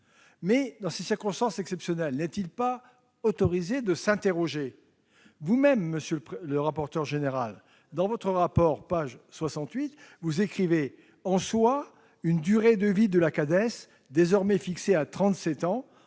en ces circonstances exceptionnelles, n'est-il pas autorisé de s'interroger ? Vous-même, monsieur le rapporteur, écrivez dans votre rapport, à la page 68 :« En soi, une durée de vie de la Cades, désormais fixée à